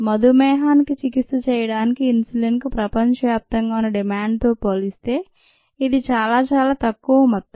మధుమేహానికి చికిత్స చేయడానికి ఇన్సులిన్ కు ప్రపంచవ్యాప్తంగా ఉన్న డిమాండ్ తో పోలిస్తే ఇది చాలా చాలా తక్కువ మొత్తం